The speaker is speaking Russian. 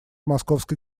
московской